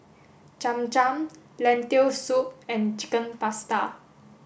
Cham Cham Lentil Soup and Chicken Pasta